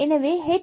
எனவே hfx